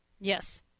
Yes